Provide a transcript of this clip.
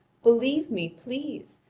believe me, please,